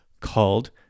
called